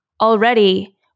already